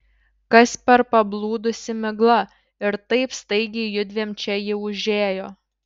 kas per pablūdusi migla ir taip staigiai judviem čia ji užėjo